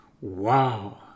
wow